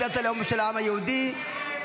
מדינת הלאום של העם היהודי (תיקון,